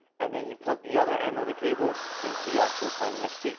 and then you plug the other end of the cable into the actual simon xt.